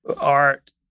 art